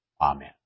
Amen